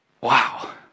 Wow